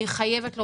אני חייבת לומר.